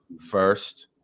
first